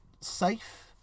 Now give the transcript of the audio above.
safe